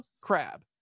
crab